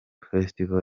festival